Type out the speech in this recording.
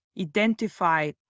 identify